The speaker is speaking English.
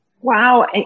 Wow